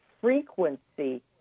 frequency